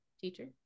teacher